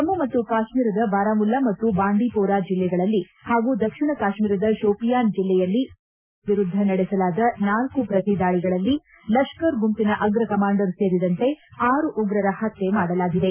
ಜಮ್ಮು ಮತ್ತು ಕಾಶ್ಮೀರದ ಬಾರಾಮುಲ್ಲಾ ಮತ್ತು ಬಾಂಡಿಪೋರಾ ಜಿಲ್ಲೆಗಳಲ್ಲಿ ಹಾಗೂ ದಕ್ಷಿಣ ಕಾಶ್ಮೀರದ ಶೋಪಿಯಾನ್ ಜಿಲ್ಲೆಯಲ್ಲಿ ನಿನ್ನೆಯಿಂದ ಉಗ್ರರ ವಿರುದ್ದ ನಡೆಸಲಾದ ನಾಲ್ಲು ಪ್ರತಿ ದಾಳಿಗಳಲ್ಲಿ ಲಷ್ಲರ್ ಗುಂಪಿನ ಅಗ ಕಮಾಂಡರ್ ಸೇರಿದಂತೆ ಆರು ಉಗರ ಹತ್ಯೆ ಮಾಡಲಾಗಿದೆ